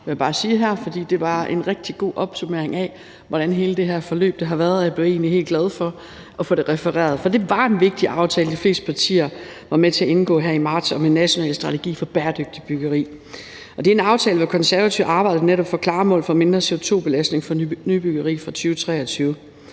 det var en rigtig god opsummering af, hvordan hele det her forløb har været. Og jeg blev egentlig helt glad for at få det refereret, for det var en vigtig aftale, de fleste partier var med til at indgå her i marts om en national strategi for bæredygtigt byggeri. Det er en aftale, hvor Konservative netop arbejdede for klare mål for mindre CO2-belastning fra nybyggeri fra 2023.